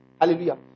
Hallelujah